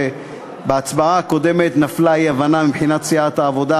שבהצבעה הקודמת נפלה אי-הבנה מבחינת סיעת העבודה,